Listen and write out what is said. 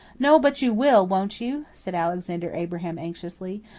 no, but you will, won't you? said alexander abraham anxiously.